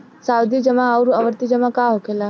सावधि जमा आउर आवर्ती जमा का होखेला?